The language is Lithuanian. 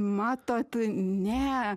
matot ne